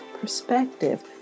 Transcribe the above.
perspective